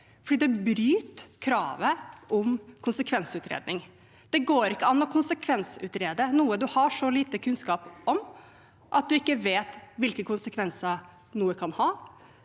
det bryter kravet om konsekvensutredning. Det går ikke an å konsekvensutrede noe man har så lite kunnskap om at man ikke vet hvilke konsekvenser det kan ha,